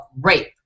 rape